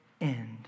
end